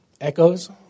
echoes